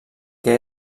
que